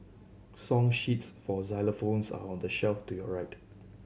song sheets for xylophones are on the shelf to your right